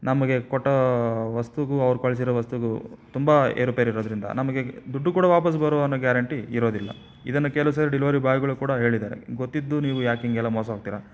ನಮಗೆ ಕೊಟ್ಟ ವಸ್ತುಗೂ ಅವ್ರು ಕಳ್ಸಿರೋ ವಸ್ತುಗೂ ತುಂಬ ಏರುಪೇರು ಇರೋದರಿಂದ ನಮಗೆ ದುಡ್ಡು ಕೂಡ ವಾಪಾಸ್ಸು ಬರೋ ಅನ್ನೊ ಗ್ಯಾರೆಂಟಿ ಇರೋದಿಲ್ಲ ಇದನ್ನು ಕೆಲವು ಸಲ ಡಿಲವರಿ ಬಾಯ್ಗಳು ಕೂಡ ಹೇಳಿದ್ದಾರೆ ಗೊತ್ತಿದ್ದು ನೀವು ಯಾಕೆ ಹೀಗೆಲ್ಲ ಮೋಸ ಹೋಗ್ತೀರಾ